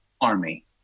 Army